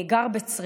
הוא גר בצריף,